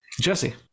Jesse